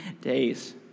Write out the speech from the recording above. days